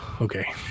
okay